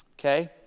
Okay